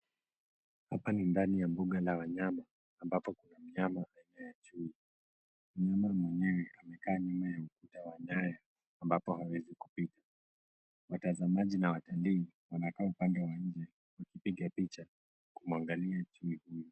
Hapa ni ndani ya mbuga la wanyama ambapo kuna mnyama aina ya chui. Mnyama mwenyewe amekaa nyuma ya ukuta za nyaya, ambapo hawezi kupita. Watazamaji na watalii wanakaa upande wa nje, wakipiga picha kumwangalia chui huyo.